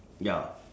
ya